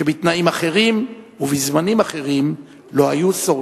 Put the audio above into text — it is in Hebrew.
שבתנאים אחרים ובזמנים אחרים לא היו שורדים.